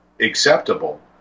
acceptable